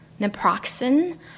Naproxen